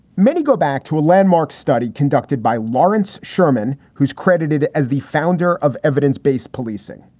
many go back to landmark study conducted by lawrence sherman, who's credited as the founder of evidence based policing.